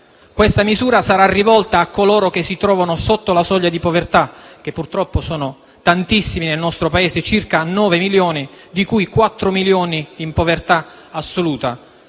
Questa misura sarà rivolta a coloro che si trovano sotto la soglia di povertà, che purtroppo sono tantissimi nel nostro Paese: circa 9 milioni, di cui 4 milioni in povertà assoluta.